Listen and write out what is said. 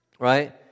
right